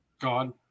God